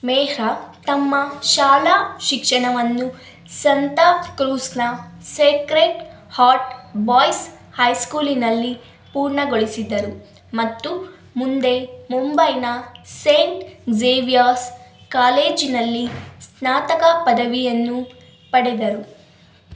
ಮೆಹ್ರಾ ತಮ್ಮ ಶಾಲಾ ಶಿಕ್ಷಣವನ್ನು ಸಂತಾ ಕ್ರೂಜ್ನ ಸೇಕ್ರೆಡ್ ಹಾರ್ಟ್ ಬಾಯ್ಸ್ ಹೈಸ್ಕೂಲಿನಲ್ಲಿ ಪೂರ್ಣಗೊಳಿಸಿದರು ಮತ್ತು ಮುಂದೆ ಮುಂಬೈನ ಸೇಂಟ್ ಗ್ಸೇವಿಯರ್ಸ್ ಕಾಲೇಜಿನಲ್ಲಿ ಸ್ನಾತಕ ಪದವಿಯನ್ನು ಪಡೆದರು